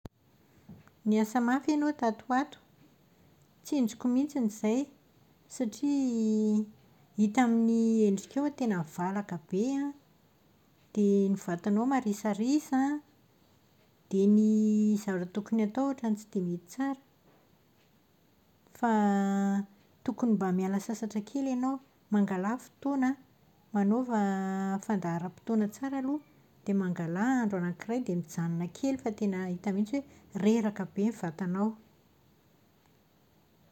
Niasa mafy ianao tato ho ato. Tsinjoko mihitsiny izay satria hita amin'ny endrikao fa tena valaka be an, dia ny vatanao marisarisa an, dia ny zavatra tokony atao ohatran'ny tsy dia mety tsara. Fa tokony mba miala sasatra kely ianao. Mangalà fotoana an, manaova fandaharam-potoana tsara aloha, dia mangalà andro anakiray dia mijanona kely fa tena mihitsy hoe reraka be ny vatanao.